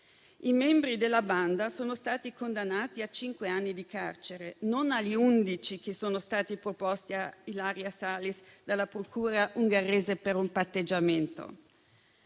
I membri della banda sono stati condannati a cinque anni di carcere, non agli undici che sono stati proposti a Ilaria Salis dalla procura ungherese per un patteggiamento.